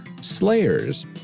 Slayers